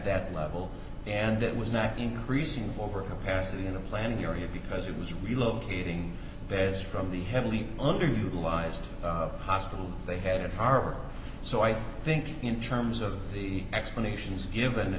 that level and that was not increasing over capacity in the plan in your area because it was relocating beds from the heavily underutilized hospital they had at harvard so i think in terms of the explanations given